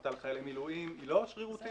הפחתה לחיילי מילואים היא לא שרירותית.